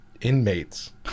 inmates